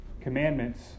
commandments